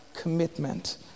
commitment